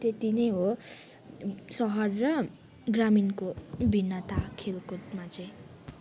त्यति नै हो सहर र ग्रामीणको भिन्नता खेलकुदमा चाहिँ